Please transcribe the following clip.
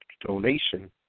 donation